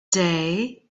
day